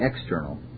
external